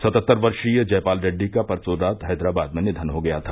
सतहत्तर वर्षीय जयपाल रेड्डी का परसों रात हैदराबाद में निधन हो गया था